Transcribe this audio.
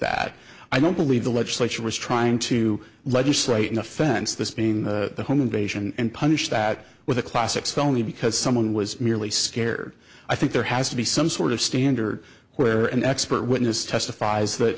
that i don't believe the legislature was trying to legislate an offense this being the home invasion and punish that with a classic phony because someone was merely scared i think there has to be some sort of standard where an expert witness testifies